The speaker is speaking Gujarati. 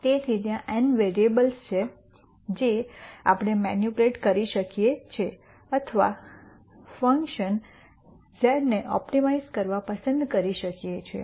તેથી ત્યાં n વેરીએબલ્સ છે જે આપણે મેનિપ્યુલેટ કરી શકયે છે અથવા આ ફંક્શન z ને ઓપ્ટિમાઇઝ કરવા પસંદ કરી શકીએ છીએ